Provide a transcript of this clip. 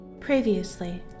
previously